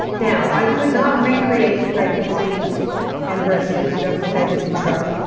now, i could not recreate pregnancy and breastfeeding. don't think i didn't try,